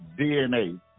DNA